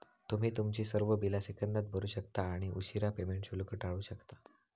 तुम्ही तुमची सर्व बिला सेकंदात भरू शकता आणि उशीरा पेमेंट शुल्क टाळू शकता